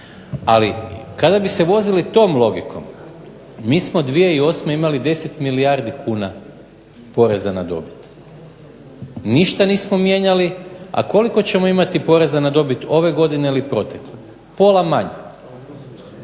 Ali kada bi se vozili tom logikom mi smo 2008. imali 10 milijardi kuna poreza na dobit. Ništa nismo mijenjali, a koliko ćemo imati poreza na dobit ove godine ili protekle, upola manje.